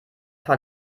vor